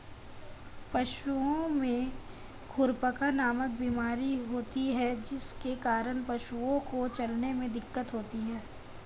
पशुओं में खुरपका नामक बीमारी होती है जिसके कारण पशुओं को चलने में दिक्कत होती है